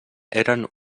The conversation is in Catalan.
eren